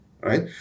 right